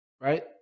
right